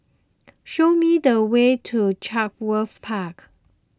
show me the way to Chatsworth Park